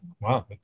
Wow